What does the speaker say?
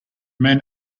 man